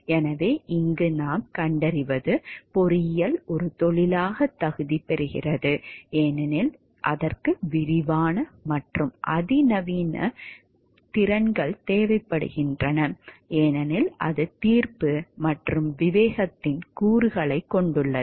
எனவே இங்கு நாம் கண்டறிவது பொறியியல் ஒரு தொழிலாகத் தகுதி பெறுகிறது ஏனெனில் அதற்கு விரிவான மற்றும் அதிநவீன திறன்கள் தேவைப்படுகின்றன ஏனெனில் அது தீர்ப்பு மற்றும் விவேகத்தின் கூறுகளைக் கொண்டுள்ளது